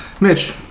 Mitch